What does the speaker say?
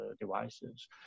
devices